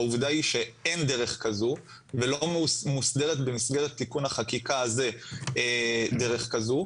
העובדה היא שאין דרך כזו ולא מוסדרת במסגרת תיקון החקיקה הזה דרך כזו,